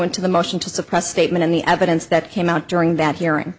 to the motion to suppress statement on the evidence that came out during that hearing